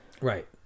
Right